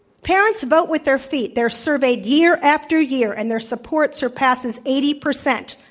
parents vote with their feet. they're surveyed year after year and their support surpasses eighty percent